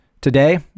Today